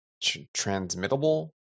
transmittable